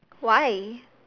why